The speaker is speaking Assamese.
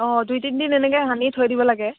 অঁ দুই তিনিদিন এনেকৈ সানি থৈ দিব লাগে